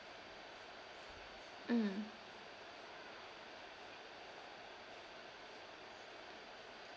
mm